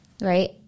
right